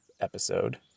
episode